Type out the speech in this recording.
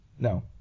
No